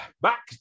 back